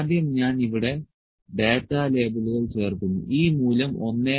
ആദ്യം ഞാൻ ഇവിടെ ഡാറ്റ ലേബലുകൾ ചേർക്കുന്നു ഈ മൂല്യം 1